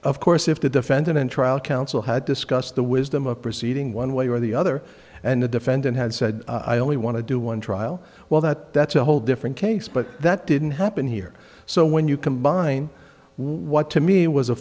of course if the defendant and trial counsel had discussed the wisdom of proceeding one way or the other and the defendant had said i only want to do one trial well that that's a whole different case but that didn't happen here so when you combine what to me was a